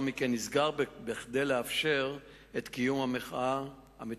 מכן נסגר כדי לאפשר את קיום המחאה המתוכננת.